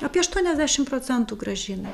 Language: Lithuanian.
apie aštuoniasdešim procentų grąžina